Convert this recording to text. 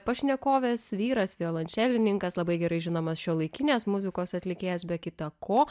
pašnekovės vyras violončelininkas labai gerai žinomas šiuolaikinės muzikos atlikėjas be kita ko